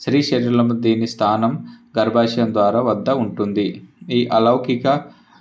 స్త్రీ శరీరంలో దీని స్థానం గర్భాశయం ద్వారం వద్ద ఉంటుంది ఈ అలౌకిక